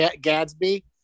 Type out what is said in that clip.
Gadsby